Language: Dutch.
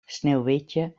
sneeuwwitje